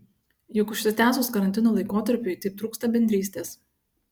juk užsitęsus karantino laikotarpiui taip trūksta bendrystės